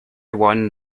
one